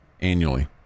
annually